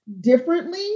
differently